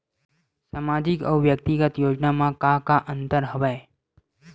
सामाजिक अउ व्यक्तिगत योजना म का का अंतर हवय?